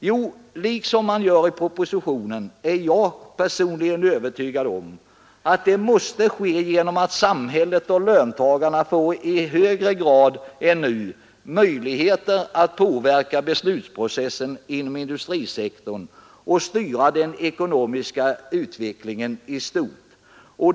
Jo, som det framhålls i propositionen är jag personligen övertygad om att det måste ske genom att samhället och löntagarna får i högre grad än nu möjligheter att påverka beslutsprocessen inom industrisektorn och styra den ekonomiska utvecklingen i stort.